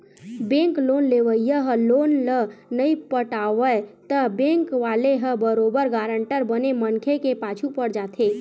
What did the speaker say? bank loan लेवइया ह loan ल नइ पटावय त बेंक वाले ह बरोबर गारंटर बने मनखे के पाछू पड़ जाथे